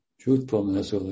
Truthfulness